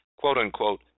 quote-unquote